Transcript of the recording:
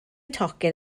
tocyn